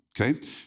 Okay